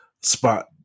spot